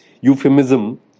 euphemism